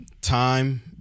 time